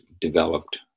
developed